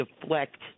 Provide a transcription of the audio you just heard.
deflect